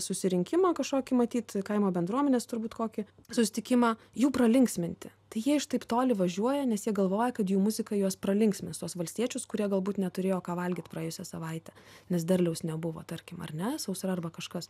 susirinkimą kažkokį matyt kaimo bendruomenės turbūt kokį susitikimą jų pralinksminti tai jie iš taip toli važiuoja nes jie galvoja kad jų muzika juos pralinksmins tuos valstiečius kurie galbūt neturėjo ką valgyt praėjusią savaitę nes derliaus nebuvo tarkim ar ne sausra arba kažkas